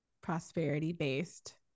prosperity-based